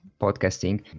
podcasting